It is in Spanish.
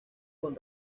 con